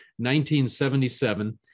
1977